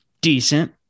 decent